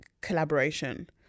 collaboration